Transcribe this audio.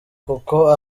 kuko